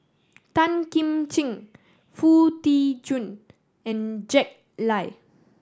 Tan Kim Ching Foo Tee Jun and Jack Lai